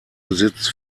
besitzt